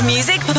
music